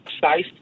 size